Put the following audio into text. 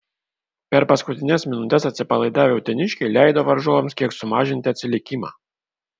per paskutines minutes atsipalaidavę uteniškiai leido varžovams kiek sumažinti atsilikimą